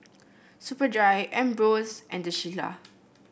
Superdry Ambros and The Shilla